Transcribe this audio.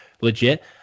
legit